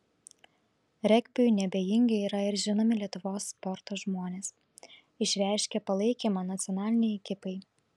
regbiui neabejingi yra ir žinomi lietuvos sporto žmonės išreiškę palaikymą nacionalinei ekipai